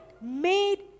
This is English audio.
made